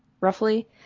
roughly